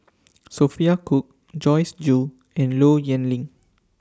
Sophia Cooke Joyce Jue and Low Yen Ling